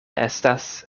estas